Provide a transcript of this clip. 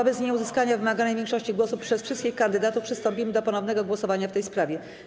Wobec nieuzyskania wymaganej większości głosów przez wszystkich kandydatów przystąpimy do ponownego głosowania w tej sprawie.